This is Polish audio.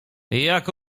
jak